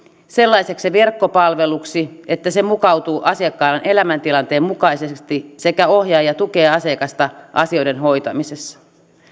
sellaiseksi verkkopalveluksi että se mukautuu asiakkaan elämäntilanteen mukaisesti sekä ohjaa ja tukee asiakasta asioiden hoitamisessa